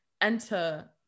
enter